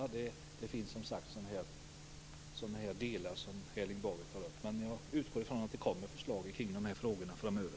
Det finns som sagt sådant som Erling Bager tar upp. Men jag utgår ifrån att det kommer förslag kring de här frågorna framöver.